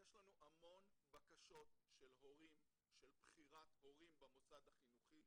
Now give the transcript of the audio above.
יש לנו המון בקשות של בחירת הורים במוסד החינוכי.